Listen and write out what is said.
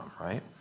right